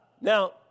Now